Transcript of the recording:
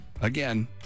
again